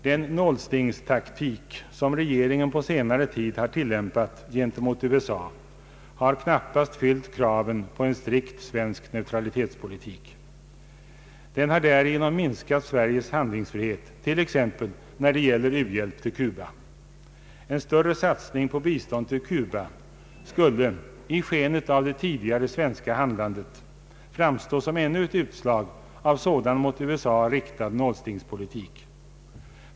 Den nålstingstaktik som regeringen på senare tid har tillämpat mot USA har knappast fyllt kraven på en strikt svensk neutralitetspolitik. Den har därigenom minskat Sveriges handlingsfrihet t.ex. när det gäller u-hjälp till Cuba. En större satsning på bistånd till Cuba skulle — i skenet av det tidigare svenska handlandet framstå som ännu ett utslag av sådan mot USA riktad nålstingspolitik.